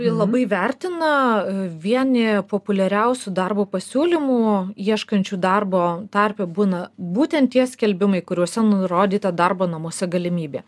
labai vertina vieni populiariausių darbo pasiūlymų ieškančių darbo tarpe būna būtent tie skelbimai kuriuose nurodyta darbo namuose galimybė